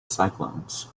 cyclones